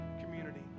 community